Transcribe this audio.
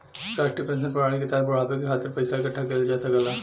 राष्ट्रीय पेंशन प्रणाली के तहत बुढ़ापे के खातिर पइसा इकठ्ठा किहल जा सकला